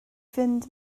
fynd